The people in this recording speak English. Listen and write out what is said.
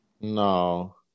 No